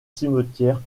cimetière